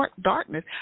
darkness